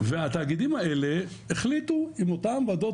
והתאגידים האלה החליטו עם אותם ועדות